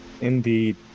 indeed